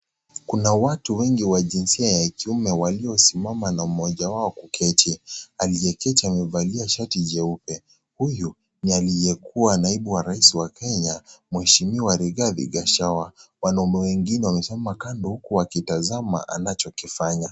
Kuna watu wengi wa jinsia ya kiume waliosimama na moja wao kuketi, aliyeketi amevalia shati jeupe huyu ni aliyekuwa naibu wa rais wa Kenya mheshimiwa Righathi Gachagua wanaume wengine wamesimama kando huko wakitazama anachokifanya.